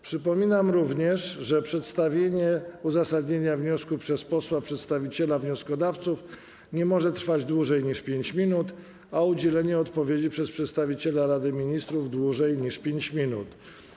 Przypominam również, że przedstawienie uzasadnienia wniosku przez posła przedstawiciela wnioskodawców nie może trwać dłużej niż 5 minut, a udzielenie odpowiedzi przez przedstawiciela Rady Ministrów - dłużej niż 5 minut.